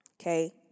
Okay